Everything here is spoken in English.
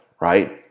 right